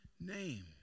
name